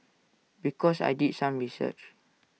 because I did some research